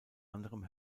anderem